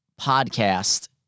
podcast